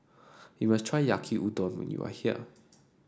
you must try Yaki Udon when you are here